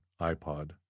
iPod